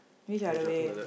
which are the way